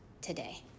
today